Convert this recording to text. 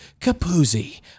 Capuzzi